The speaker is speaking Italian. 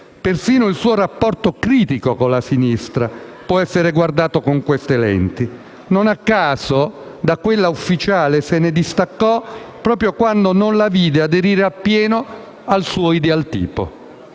Persino il suo rapporto critico con la sinistra può essere guardato con queste lenti: non a caso, da quella ufficiale si distaccò proprio quando non la vide aderire appieno al suo idealtipo.